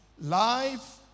Life